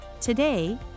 Today